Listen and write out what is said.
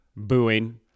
Booing